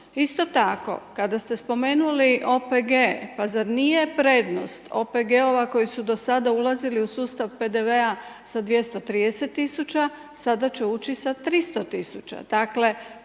Isto tako kada ste spomenuli OPG-e pa zar nije prednost OPG-ova koji su dosada ulazili u sustavu PDV-a sa 230 tisuća, sada će ući sa 300